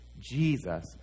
Jesus